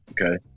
Okay